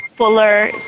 fuller